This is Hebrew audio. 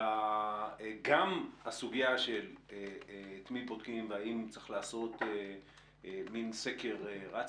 וגם הסוגיה של את מי בודקים והאם צריך לעשות מין סקר רץ